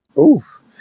Oof